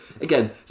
again